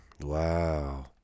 Wow